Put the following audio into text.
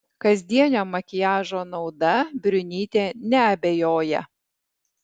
kasdienio makiažo nauda briunytė neabejoja